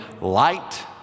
light